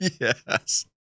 yes